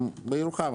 גם בירוחם,